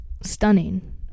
stunning